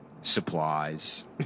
supplies